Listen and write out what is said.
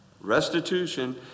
Restitution